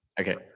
Okay